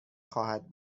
خواهد